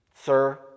sir